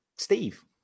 Steve